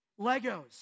Legos